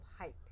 height